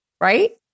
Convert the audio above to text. right